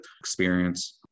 experience